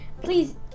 please